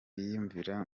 yiyumvira